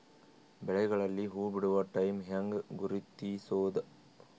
ಬೆಳೆಗಳಲ್ಲಿ ಹೂಬಿಡುವ ಟೈಮ್ ಹೆಂಗ ಗುರುತಿಸೋದ?